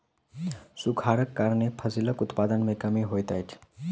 सूखाड़क कारणेँ फसिलक उत्पादन में कमी होइत अछि